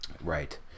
Right